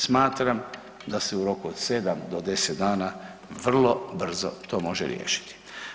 Smatram da se u roku od 7 do 10 dana vrlo brzo to može riješiti.